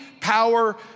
power